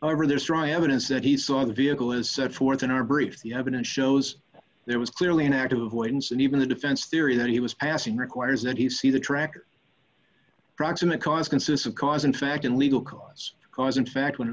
or there's strong evidence that he saw the vehicle as set forth in our brief the evidence shows there was clearly an act of avoidance and even the defense theory that he was passing requires that he see the track proximate cause consists of cause in fact in legal cause cause in fact when